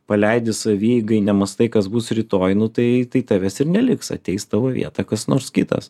paleidi savieigai nemąstai kas bus rytoj nu tai tai tavęs ir neliks ateis į tavo vietą kas nors kitas